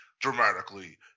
Dramatically